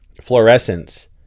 fluorescence